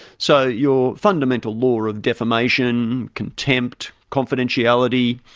so, your fundamental law of defamation, contempt, confidentiality,